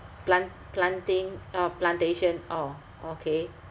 plant~ planting uh plantation orh okay